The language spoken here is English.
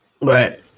Right